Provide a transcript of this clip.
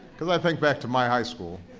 because i think back to my high school,